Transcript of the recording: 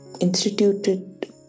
instituted